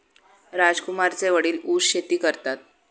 राजकुमारचे वडील ऊस शेती करतात